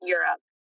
Europe